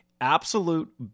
absolute